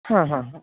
হাঁ হাঁ হাঁ